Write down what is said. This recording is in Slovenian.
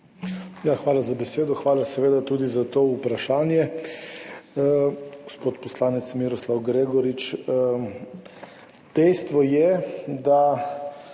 Hvala za besedo. Hvala seveda tudi za to vprašanje. Gospod poslanec Miroslav Gregorič, dejstvo je, da